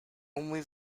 only